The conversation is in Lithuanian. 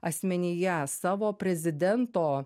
asmenyje savo prezidento